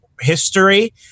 history